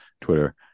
twitter